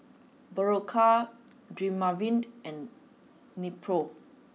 Berocca Dermaveen and Nepro